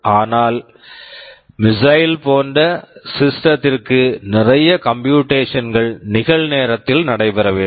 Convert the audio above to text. ஆனால் missile missile போன்ற ஒரு சிஸ்டம் system த்திற்கு நிறைய கம்பியூட்டேஷன்ஸ் computations கள் நிகழ்நேரத்தில் நடைபெற வேண்டும்